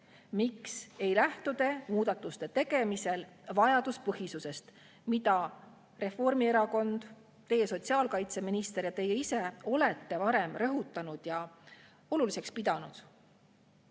Miks ei lähtu te muudatuste tegemisel vajaduspõhisusest, mida Reformierakond, teie sotsiaalkaitseminister ja teie ise olete varem rõhutanud ja oluliseks pidanud?